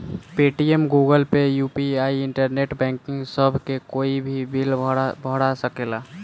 Paytm, Google pay, UPI, internet banking सभ से कोई भी बिल भरा सकेला